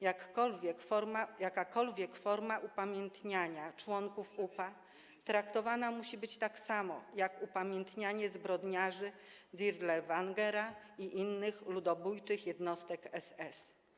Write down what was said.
Jakakolwiek forma upamiętniania członków UPA traktowana musi być tak samo jak upamiętnianie zbrodniarzy Dirlewangera i innych ludobójczych jednostek SS.